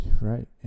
Right